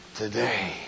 Today